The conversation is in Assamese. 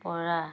পৰা